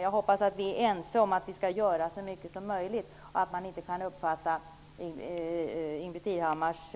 Jag hoppas att vi är ense om att vi skall göra så mycket som möjligt och att man inte skall uppfatta Ingbritt Irhammars